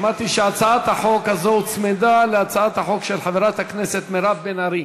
אמרתי שהצעת החוק הזאת הוצמדה להצעת החוק של חברת הכנסת מירב בן ארי,